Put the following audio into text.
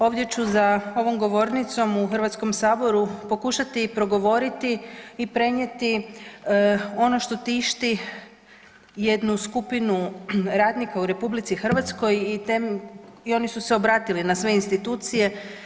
Ovdje ću za ovom govornicom u Hrvatskom saboru pokušati progovoriti i prenijeti ono što tišti jednu skupinu radnika u RH i oni su se obratili na sve institucije.